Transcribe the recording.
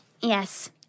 Yes